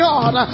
God